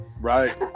Right